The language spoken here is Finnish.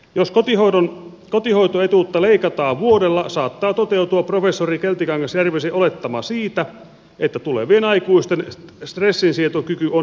jos kotihoitoetuutta leikataan vuodella saattaa toteutua professori keltikangas järvisen olettama siitä että tulevien aikuisten stressinsietokyky on merkittävästi alentunut